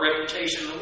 reputation